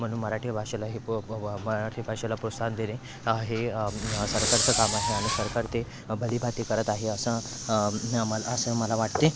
म्हणून मराठी भाषेला हे प मराठी भाषेला प्रोत्साहन देणे हे सरकारचं काम आहे आणि सरकार ते भलीभाती करत आहे असं असे मला वाटते